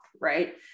right